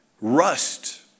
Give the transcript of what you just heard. Rust